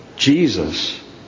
Jesus